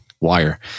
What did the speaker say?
wire